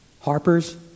Harper's